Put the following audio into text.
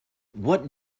what